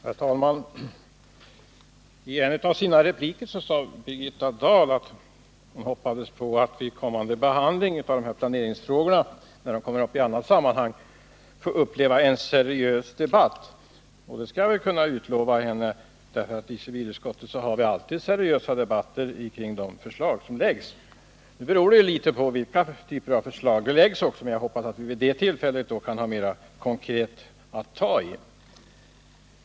Herr talman! I en av sina repliker sade Birgitta Dahl att hon hoppades att vi när planeringsfrågorna kommer upp till behandling i ett annat sammanhang skall få uppleva en seriös debatt. Det skall jag väl kunna lova henne. I civilutskottet har vi alltid seriösa debatter kring de förslag som väcks. Nu beror det hela naturligtvis i någon mån på vilka typer av förslag det gäller, men jag hoppas att vi vid det tillfället skall ha någonting mer konkret att ta på.